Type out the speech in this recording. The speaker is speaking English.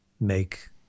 make